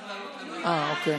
ירדנה?